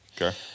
Okay